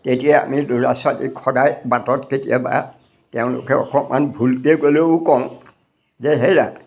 তেতিয়া আমি ল'ৰা ছোৱালীক সদায় বাটত কেতিয়াবা তেওঁলোকে অকণমান ভুলকৈ গ'লেও কওঁ যে হেৰা